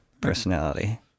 personality